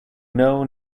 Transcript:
know